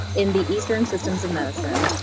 in the eastern systems of medicine,